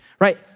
right